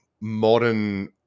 modern